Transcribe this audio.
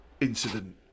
incident